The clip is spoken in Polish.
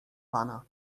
pana